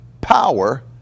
power